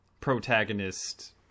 protagonist